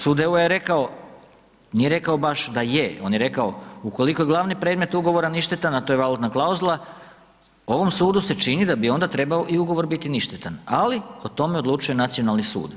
Sud EU-a je rekao, nije rekao baš da je, on je rekao ukoliko je glavni predmet ugovora ništetan a to ej valutna klauzula, ovom sudu se čini da bi onda trebao i ugovor biti ništetan ali o tome odlučuje nacionalni sud.